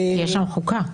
יש שם חוקה.